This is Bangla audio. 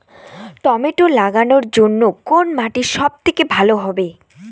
টমেটো লাগানোর জন্যে কোন মাটি সব থেকে ভালো হবে?